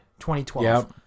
2012